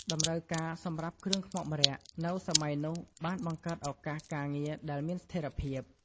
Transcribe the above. តម្រូវការសម្រាប់គ្រឿងខ្មុកម្រ័ក្សណ៍នៅសម័យនោះបានបង្កើតឱកាសការងារដែលមានស្ថេរភាព។